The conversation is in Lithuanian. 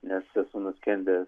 nes esu nuskendęs